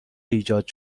ایجاد